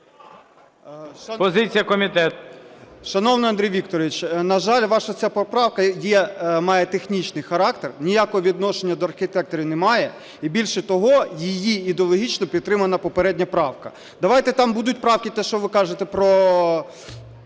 ДУНДА О.А. Шановний Андрій Вікторович, на жаль, ваша ця поправка має технічний характер, ніякого відношення до архітекторів не має. І більше того, її ідеологічна підтримана попередня поправка. Давайте, там будуть правки, те, що ви кажете про